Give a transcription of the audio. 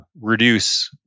reduce